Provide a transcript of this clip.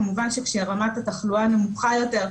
כמובן שכאשר רמת התחלואה נמוכה יותר,